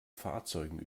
fahrzeugen